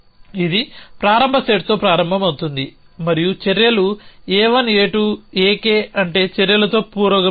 ఇది ప్రారంభ సెట్తో ప్రారంభమవుతుంది మరియు చర్యలు A1 A2 Ak అంటే చర్యలతో పురోగమిస్తుంది